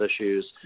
issues